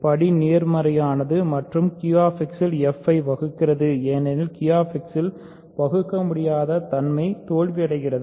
படி நேர்மறையானது மற்றும் இது QX இல் f ஐ வகுக்கிறது ஏனெனில் Q X இல் பகுக்கமுடியாத தன்மை தோல்வியடைகிறது